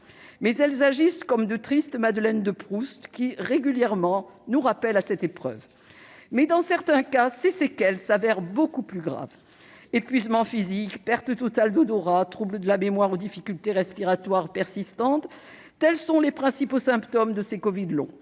mais elles agissent comme de tristes madeleines de Proust, qui, régulièrement, nous rappellent cette épreuve. Dans certains cas, toutefois, ces séquelles se révèlent beaucoup plus graves : épuisement physique, perte totale d'odorat, troubles de la mémoire ou difficultés respiratoires persistantes, tels sont les principaux symptômes de ces covid longs,